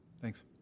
thanks